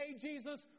Jesus